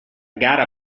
gara